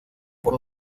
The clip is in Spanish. por